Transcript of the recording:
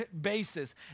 basis